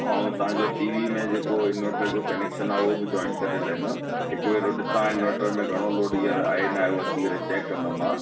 ऐं तव्हां जो टी वी में जेको इंवर्टर जो कनेक्शन आहे उहो बि जोइंट करे लाहींदमि हिकु भेरो ॾिसां इंवर्टर में घणो लोड हींअर आहे न आहे उहो अची चेक कंदुमि मां